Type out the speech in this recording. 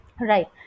Right